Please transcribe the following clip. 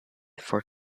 for